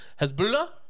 Hezbollah